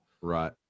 Right